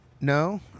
no